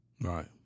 Right